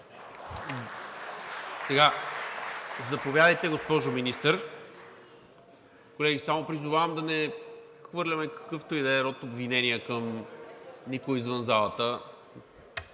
Заповядайте, госпожо Министър. Колеги, само призовавам да не хвърляме какъвто ѝ да е род обвинения към никого извън залата.